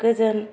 गोजोन